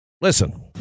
Listen